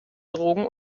drogen